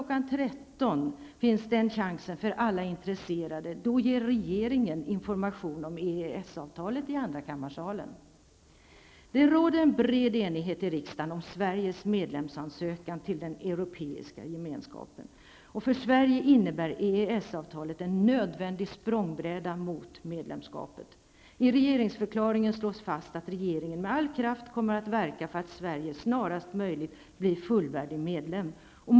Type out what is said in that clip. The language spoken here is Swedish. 13.00 finns den chansen för alla intresserade. Då ger regeringen information om Det råder bred enighet i riksdagen om Sveriges medlemsansökan till den europeiska gemenskapen. För Sverige innebär EES-avtalet en nödvändig språngbräda mot EG-medlemskapet. I regeringsförklaringen slås fast att regeringen med all kraft kommer att verka för att Sverige snarast möjligt blir fullvärdig medlem.